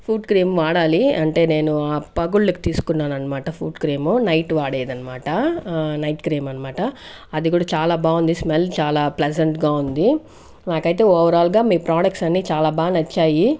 fruit cream వాడాలి అంటే నేను ఆ పగుళ్ళకు తీసుకున్నాను అనమాట ఫ్రూట్ క్రీమ్ నైట్ వాడేదనమాట నైట్ క్రీమ్ అనమాట అది కూడా చాలా బాగుంది స్మెల్ చాలా ప్లెజెంట్గా ఉంది నాకైతే ఓవరాల్గా మీ ప్రొడక్ట్స్ అన్ని చాలా బాగా నచ్చాయి